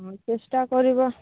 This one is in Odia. ହଁ ଚେଷ୍ଟା କରିବା